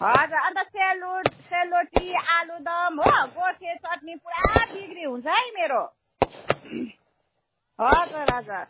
हजुर अन्त सेलरू सेलरोटी आलुदम हो गोर्खे चटनी पुरा बिक्री हुन्छै मेरो हजुर हजुर